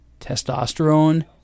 testosterone